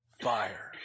fire